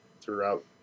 throughout